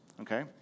okay